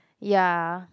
ya